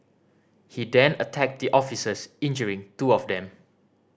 he then attacked the officers injuring two of them